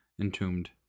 entombed